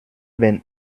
been